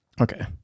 Okay